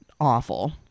awful